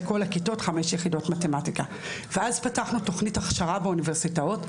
כל הכיתות חמש יחידות מתמטיקה ואז פתחנו תכנית הכשרה באוניברסיטאות,